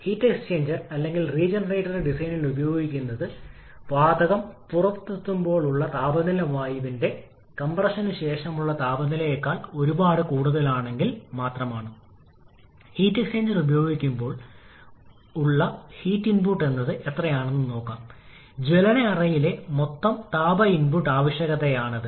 ആദ്യത്തേത് എച്ച്പിടി അല്ലെങ്കിൽ high pressure turbine എന്ന് വിളിക്കപ്പെടുന്നു ഇത് കംപ്രസ്സറിൽ ഒരേ ഷാഫ്റ്റിൽ ഘടിപ്പിച്ചിരിക്കുന്ന ജ്വലന അറയിൽ നിന്ന് നേരിട്ട് ഇൻപുട്ട് സ്വീകരിക്കുന്നു